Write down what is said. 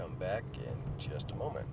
come back in just a moment